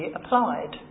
applied